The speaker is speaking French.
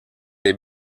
les